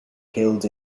killed